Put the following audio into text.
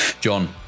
john